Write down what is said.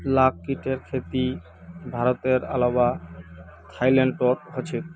लाख कीटेर खेती भारतेर अलावा थाईलैंडतो ह छेक